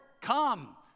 come